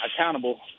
accountable